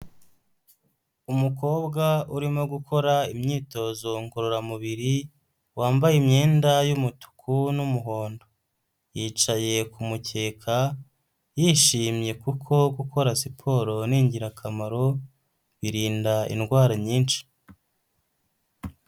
Umukobwa urimo gukora imyitozo ngororamubiri, wambaye imyenda y'umutuku n'umuhondo. Yicaye ku mukeka yishimye kuko gukora siporo ni ingirakamaro, birinda indwara nyinshi.